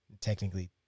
technically